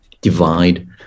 divide